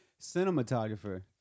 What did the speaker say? Cinematographer